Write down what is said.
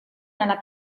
nella